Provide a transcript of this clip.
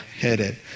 headed